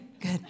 good